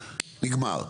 נגמר.